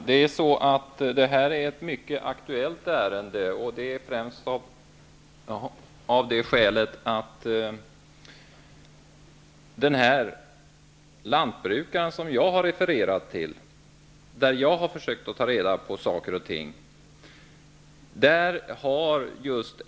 Herr talman! Detta är ett mycket aktuellt ärende. Jag har refererat till ett fall med en lantbrukare, och där har jag försökt att ta reda på saker och ting.